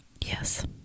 Yes